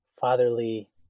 fatherly